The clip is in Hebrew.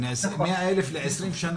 100,000 ל-20 שנים.